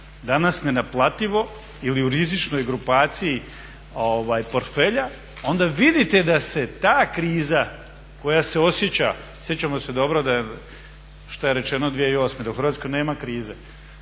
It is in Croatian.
danas nenaplativo ili u rizičnoj grupaciji portfelja, onda vidite da se ta kriza koja se osjeća, sjećamo se dobro šta je rečeno 2008. da u Hrvatskoj nema krize